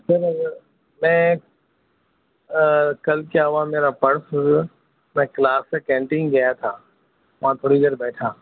سر میں کل کیا ہُوا میرا پرس میں کلاس سے کینٹین گیا تھا وہاں تھوڑی دیر بیٹھا